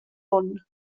onn